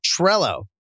Trello